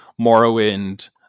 Morrowind